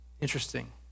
Interesting